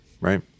right